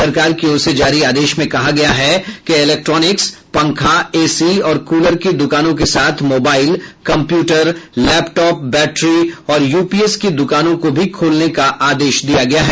सरकार की ओर से जारी आदेश में कहा गया है कि इलेक्ट्रोनिक्स पंखा एसी और कूलर की दुकानों के साथ मोबाईल कम्प्यूटर लैपटॉप बैटरी और यूपीएस की दुकानों को भी खोलने का आदेश दिया गया है